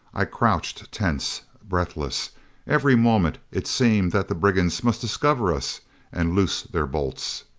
i crouched tense, breathless every moment it seemed that the brigands must discover us and loose their bolts.